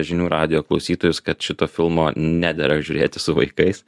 žinių radijo klausytojus kad šito filmo nedera žiūrėti su vaikais